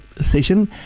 session